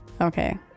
Okay